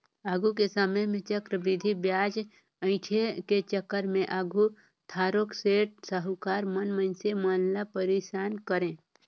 आघु के समे में चक्रबृद्धि बियाज अंइठे के चक्कर में आघु थारोक सेठ, साहुकार मन मइनसे मन ल पइरसान करें